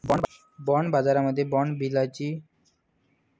bond बाजारामध्ये bond सोबतच बिलाची खरेदी विक्री पण होते